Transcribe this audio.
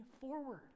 forward